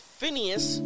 Phineas